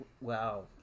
Wow